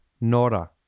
Nora